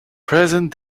present